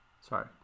Sorry